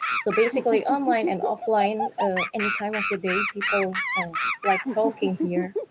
so basically online and offline any time of the day people like talking here.